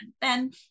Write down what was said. then-